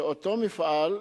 שאותו מפעל,